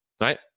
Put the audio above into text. right